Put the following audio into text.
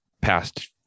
past